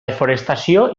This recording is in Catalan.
desforestació